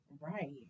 Right